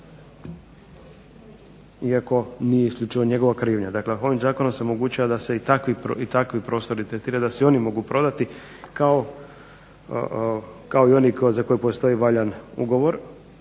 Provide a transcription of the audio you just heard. iako nije isključivo njegova krivnja. Dakle ovim zakonom se omogućava da se i takvi prostori tretiraju da se i oni mogu prodati, kao i oni za koje postoji valjan ugovor,